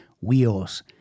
Wheels